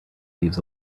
leaves